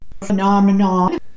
phenomenon